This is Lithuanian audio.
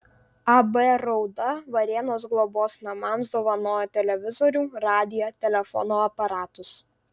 ab rauda varėnos globos namams dovanojo televizorių radiją telefono aparatus